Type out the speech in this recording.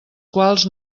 quals